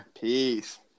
Peace